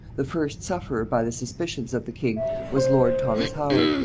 the first sufferer by the suspicions of the king was lord thomas howard,